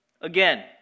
Again